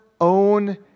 own